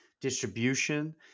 distribution